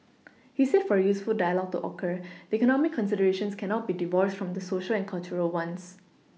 he said for a useful dialogue to occur the economic considerations cannot be divorced from the Social and cultural ones